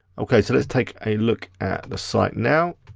okay, so let's take a look at the site now.